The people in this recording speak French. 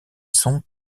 son